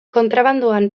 kontrabandoan